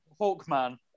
Hawkman